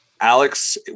Alex